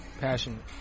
Passion